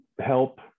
help